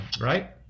right